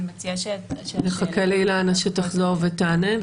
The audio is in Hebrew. נחכה לאילנה שתחזור ותענה.